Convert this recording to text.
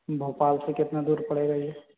भोपाल से कितना दूर पड़ेगा ये